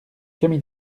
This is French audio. cami